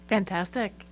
Fantastic